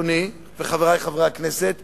אדוני וחברי חברי הכנסת,